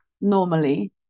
normally